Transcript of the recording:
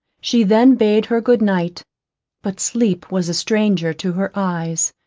she then bade her good night but sleep was a stranger to her eyes,